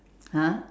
!huh!